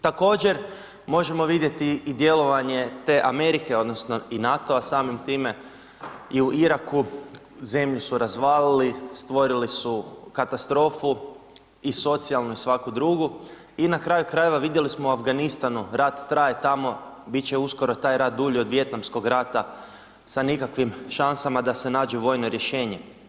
Također možemo vidjeti i djelovanje te Amerike odnosno i NATO-a samim time i u Iraku, zemlju su razvalili stvorili su katastrofu i socijalnu i svaku drugu i na kraju krajeva vidjeli smo u Afganistanu, rat traje tamo bit će uskoro taj rat dulji od Vijetnamskog rata sa nikakvim šansama da se nađu vojna rješenja.